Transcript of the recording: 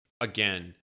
again